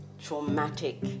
traumatic